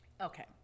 Okay